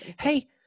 Hey